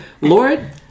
lord